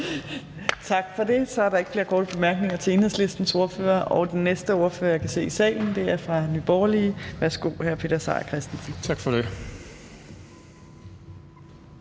Tak for det. Så er der ikke flere korte bemærkninger til Enhedslistens ordfører. Og den næste ordfører, jeg kan se i salen, er fra Nye Borgerlige, så værsgo til hr. Peter Seier Christensen. Kl.